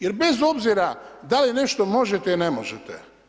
Jer bez obzira da li nešto možete i ne možete.